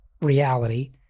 reality